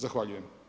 Zahvaljujem.